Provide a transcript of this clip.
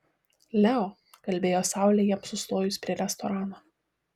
leo kalbėjo saulė jiems sustojus prie restorano